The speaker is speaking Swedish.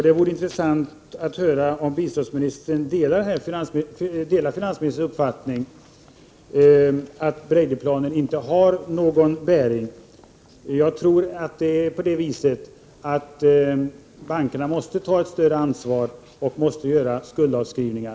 Det vore intressant att höra om biståndsministern delar finansministerns uppfattning, att Bradyplanen inte har någon bärkraft. Jag tror att bankerna måste ta ett större ansvar och göra skuldavskrivningar.